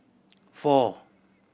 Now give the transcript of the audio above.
four